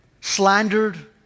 slandered